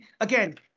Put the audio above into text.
again –